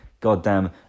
goddamn